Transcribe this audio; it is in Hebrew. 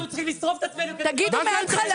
אנחנו צריכים לשרוף את עצמנו --- תגידו מהתחלה